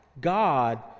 God